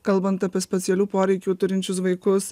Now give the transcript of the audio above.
kalbant apie specialių poreikių turinčius vaikus